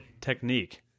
technique